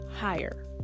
higher